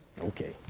Okay